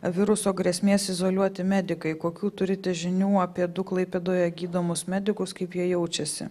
viruso grėsmės izoliuoti medikai kokių turite žinių apie du klaipėdoje gydomus medikus kaip jie jaučiasi